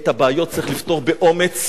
את הבעיות צריך לפתור באומץ,